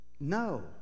no